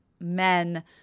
men